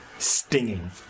Stinging